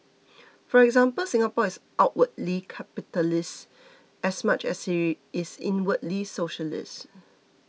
for example Singapore is outwardly capitalist as much as she is inwardly socialist